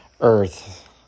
Earth